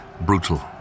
brutal